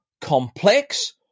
complex